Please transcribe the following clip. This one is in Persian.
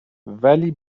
ولی